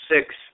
six